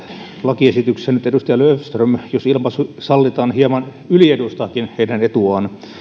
lakiesityksessä nyt edustaja löfström jos ilmaisu sallitaan hieman yliedustaakin heidän etuaan